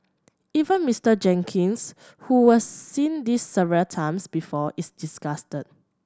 even Mister Jenkins who was seen this several times before is disgusted